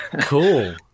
Cool